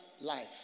life